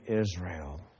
Israel